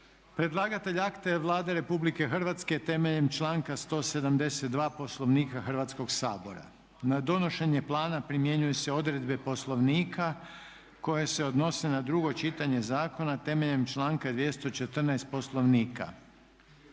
Predlagatelj akta je Vlada Republike Hrvatske temeljem članka 172. Poslovnika Hrvatskog sabora. Na donošenje plana primjenjuju se odredbe Poslovnika koje se odnose na drugo čitanje zakona temeljem članka 214. Poslovnika.